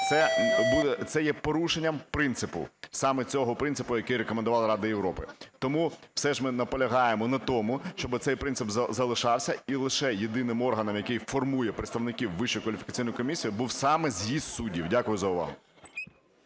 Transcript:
Це є порушенням принципу, саме цього принципу, який рекомендувала Рада Європи. Тому все ж ми наполягаємо на тому, щоби цей принцип залишався і лише єдиним органом, який формує представників Вищої кваліфікаційної комісії був саме з'їзд суддів. Дякую за увагу.